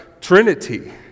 trinity